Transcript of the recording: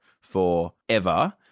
forever